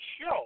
show